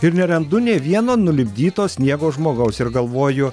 ir nerandu nė vieno nulipdyto sniego žmogaus ir galvoju